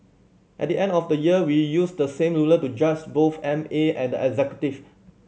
at the end of the year we use the same ruler to judge both M A and the executive